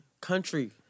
country